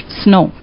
snow